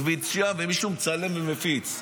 משוויץ שם, ומישהו מצלם ומפיץ.